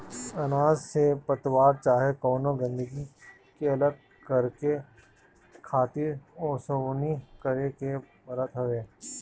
अनाज से पतवार चाहे कवनो गंदगी के अलग करके खातिर ओसवनी करे के पड़त हवे